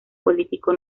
político